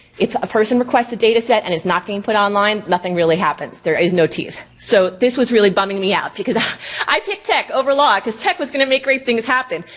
if a person requests a data set and it's not being put online, nothing really happens, there is no teeth. teeth. so this was really bumming me out, because i picked tech over law cause tech was gonna make great things happen.